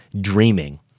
dreaming